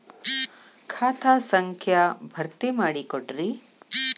ಖಾತಾ ಸಂಖ್ಯಾ ಭರ್ತಿ ಮಾಡಿಕೊಡ್ರಿ